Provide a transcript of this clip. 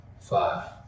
five